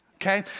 Okay